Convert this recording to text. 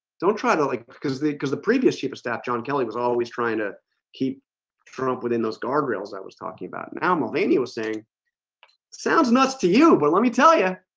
don't try to like because they cuz the previous chief of staff john kelly was always trying to keep trump within those guardrails i was talking about and now mulaney was saying sounds nuts to you, but let me tell ya